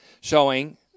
showing